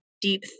deep